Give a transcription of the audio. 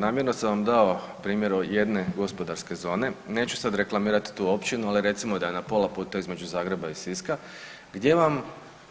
Namjerno sam vam dao primjer jedne gospodarske zone, neću sad reklamirat tu općinu, ali recimo da je na pola puta između Zagreba i Siska, gdje vam